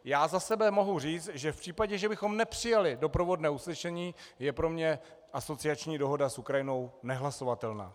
Já za sebe mohu říct, že v případě, že bychom nepřijali doprovodné usnesení, je pro mě asociační dohoda s Ukrajinou nehlasovatelná.